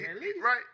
right